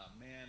Man